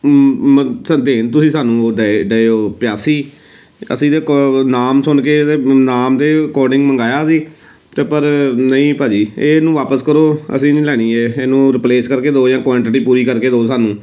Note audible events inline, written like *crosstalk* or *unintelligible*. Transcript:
*unintelligible* ਦੇਣ ਤੁਸੀਂ ਸਾਨੂੰ ਉਹ ਡੇ ਡੇ ਹੋ ਪਿਆਸੀ ਅਸੀਂ ਤਾਂ *unintelligible* ਨਾਮ ਸੁਣ ਕੇ ਨਾਮ ਦੇ ਅਕੋਰਡਿੰਗ ਮੰਗਵਾਇਆ ਸੀ ਅਤੇ ਪਰ ਨਹੀਂ ਭਾਅ ਜੀ ਇਹ ਨੂੰ ਵਾਪਸ ਕਰੋ ਅਸੀਂ ਨਹੀਂ ਲੈਣੀ ਇਹ ਇਹਨੂੰ ਰਿਪਲੇਸ ਕਰਕੇ ਦਿਓ ਜਾਂ ਕੁਆਂਟਿਟੀ ਪੂਰੀ ਕਰਕੇ ਦਿਓ ਸਾਨੂੰ